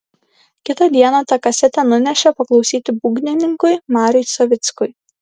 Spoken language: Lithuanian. kitą dieną tą kasetę nunešė paklausyti būgnininkui mariui savickui